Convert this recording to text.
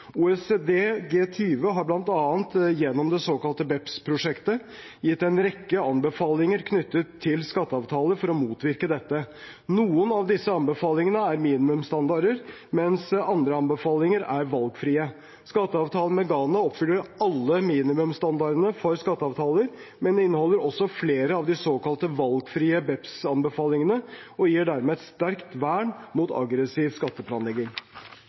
har bl.a., gjennom det såkalte BEPS-prosjektet, gitt en rekke anbefalinger knyttet til skatteavtaler for å motvirke dette. Noen av disse anbefalingene er minimumsstandarder, mens andre anbefalinger er valgfrie. Skatteavtalen med Ghana oppfyller alle minimumsstandardene for skatteavtaler, men inneholder også flere av de såkalte valgfrie BEPS-anbefalingene, og gir dermed et sterkt vern mot aggressiv skatteplanlegging.